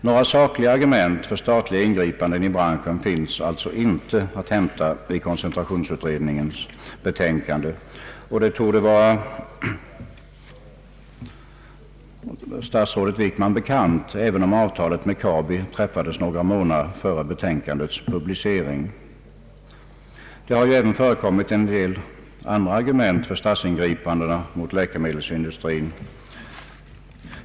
Några sakliga argument för statliga ingripanden i branschen finns allt så inte att hämta i koncentrationsutredningens betänkande, och det torde vara statsrådet Wickman bekant, även om avtalet med Kabi träffades några månader före betänkandets publicering. Det har även förekommit en del andra argument för statsingripandena mot läkemedelsindustrin.